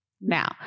now